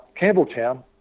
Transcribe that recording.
Campbelltown